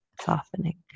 softening